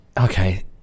Okay